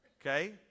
okay